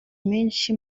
menshi